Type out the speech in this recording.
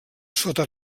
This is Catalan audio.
sota